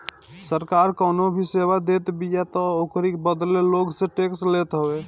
सरकार कवनो भी सेवा देतबिया तअ ओकरी बदले लोग से टेक्स लेत हवे